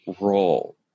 role